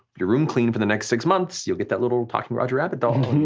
your room clean for the next six months you'll get that little talking roger rabbit doll.